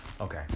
Okay